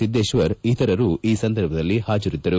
ಸಿದ್ದೇಶ್ವರ್ ಇತರರು ಹಾಜರಿದ್ದರು